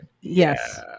yes